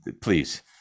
Please